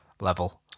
level